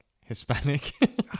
Hispanic